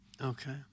Okay